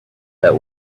that